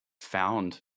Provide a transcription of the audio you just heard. found